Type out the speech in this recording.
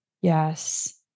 Yes